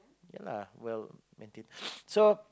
ya lah well maintain so